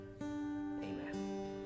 Amen